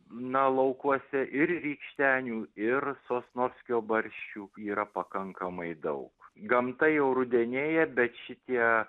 na laukuose ir rykštenių ir sosnovskio barščių yra pakankamai daug gamta jau rudenėja bet šitie